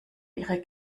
ihre